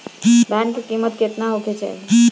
धान के किमत केतना होखे चाही?